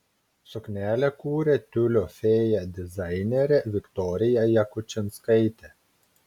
suknelę kūrė tiulio fėja dizainerė viktorija jakučinskaitė